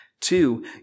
Two